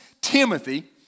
Timothy